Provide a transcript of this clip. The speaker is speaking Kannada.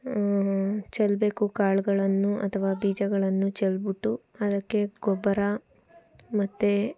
ಚೆಲ್ಬೇಕು ಕಾಳುಗಳನ್ನು ಅಥವಾ ಬೀಜಗಳನ್ನು ಚೆಲ್ಬಿಟ್ಟು ಅದಕ್ಕೆ ಗೊಬ್ಬರ ಮತ್ತೆ